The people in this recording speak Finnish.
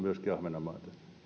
myöskin puolustamme ahvenanmaata